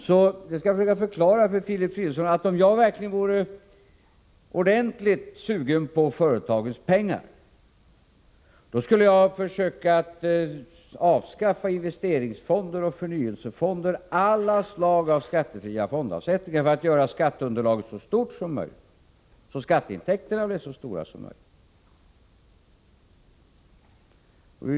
Så jag skall försöka förklara för Filip Fridolfsson att om jag verkligen vore ordentligt sugen på företagens pengar, då skulle jag försöka att avskaffa investeringsfonder och förnyelsefonder, alla slag av skattefria fondavsättningar, för att göra skatteunderlaget så stort som möjligt och för att skatteintäkterna skulle bli så stora som möjligt.